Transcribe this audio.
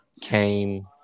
came